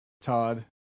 Todd